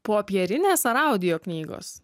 popierinės ar audio knygos